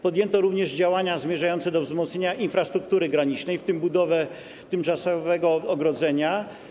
Podjęto również dziania zmierzające do wzmocnienia infrastruktury granicznej, w tym budowę tymczasowego ogrodzenia.